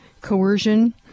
coercion